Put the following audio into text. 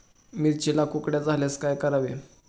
मिरचीला कुकड्या झाल्यास काय करावे?